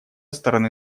стороны